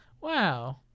Wow